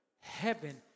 heaven